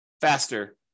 faster